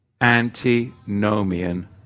antinomian